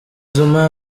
zuma